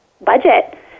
budget